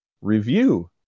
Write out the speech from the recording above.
review